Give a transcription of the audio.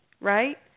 right